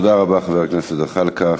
תודה רבה, חבר הכנסת זחאלקה.